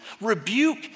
rebuke